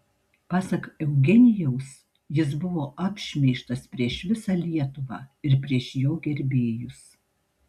pasak eugenijaus jis buvo apšmeižtas prieš visą lietuvą ir prieš jo gerbėjus